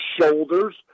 shoulders